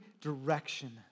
direction